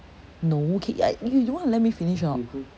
no can you you want to let me finish or not